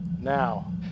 now